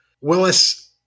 Willis